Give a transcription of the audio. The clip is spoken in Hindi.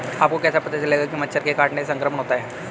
आपको कैसे पता चलेगा कि मच्छर के काटने से संक्रमण होता है?